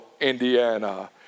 Indiana